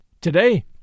Today